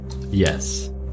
Yes